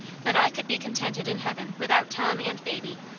that i could be contented in heaven with out tom and baby.